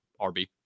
RB